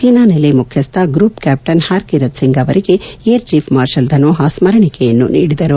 ಸೇನಾನೆಲೆ ಮುಖ್ಯಸ್ಥ group captain Harkirat Singh ಅವರಿಗೆ air chief marshal Dhanoa ಸ್ಮರಣಿಕೆಯನ್ನು ನೀಡಿದರು